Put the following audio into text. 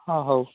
ହଁ ହଉ